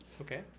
Okay